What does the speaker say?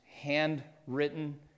handwritten